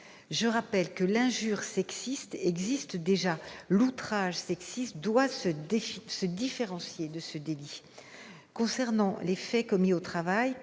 Je rappelle que l'injure sexiste existe déjà. L'outrage sexiste doit se différencier de ce délit. Concernant les faits commis au travail,